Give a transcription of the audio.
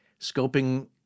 scoping